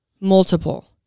multiple